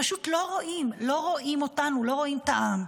פשוט לא רואים, לא רואים אותנו, לא רואים את העם.